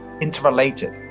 interrelated